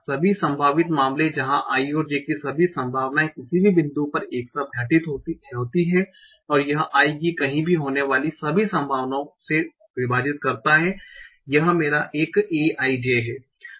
सभी संभावित मामले जहां i और j की सभी संभाव्यताएं किसी भी बिंदु पर एक साथ घटित होती हैं और i की कहीं भी होने वाली सभी संभावनाओं से विभाजित करता हूं यह मेरा एक a i j है